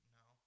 no